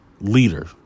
leader